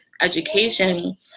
education